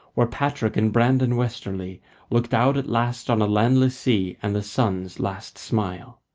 where patrick and brandan westerly looked out at last on a landless sea and the sun's last smile.